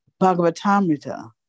Bhagavatamrita